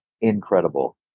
incredible